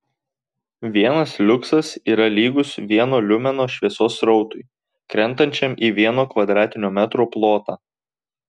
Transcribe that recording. vienas liuksas yra lygus vieno liumeno šviesos srautui krentančiam į vieno kvadratinio metro plotą